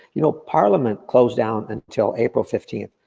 you know parliament closed down until april fifteen.